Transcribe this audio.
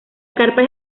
carpa